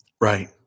Right